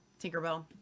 Tinkerbell